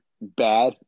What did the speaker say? Bad